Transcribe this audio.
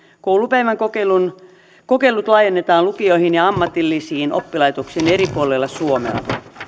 koulupäivän kokeilut laajennetaan lukioihin ja ammatillisiin oppilaitoksiin eri puolilla suomea